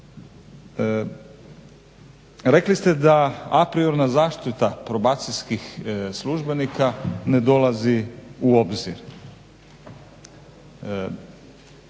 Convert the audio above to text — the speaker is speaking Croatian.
Rekli ste da apriorna zaštita probacijskih službenika ne dolazi u obzir.